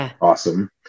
awesome